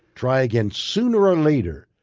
try again. sooner or later,